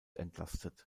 entlastet